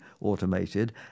automated